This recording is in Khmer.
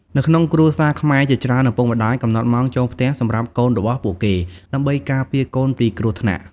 នៅក្នុងគ្រួសារខ្មែរជាច្រើន ឪពុកម្តាយកំណត់ម៉ោងចូលផ្ទះសម្រាប់កូនរបស់ពួកគេ ដើម្បីការពារកូនពីគ្រោះថ្នាក់។